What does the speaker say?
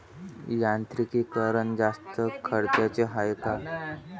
यांत्रिकीकरण जास्त खर्चाचं हाये का?